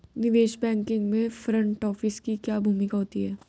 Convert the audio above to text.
निवेश बैंकिंग में front office की क्या भूमिका होती है?